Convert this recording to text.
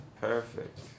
Perfect